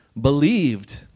believed